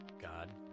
God